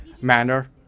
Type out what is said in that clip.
manner